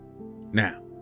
now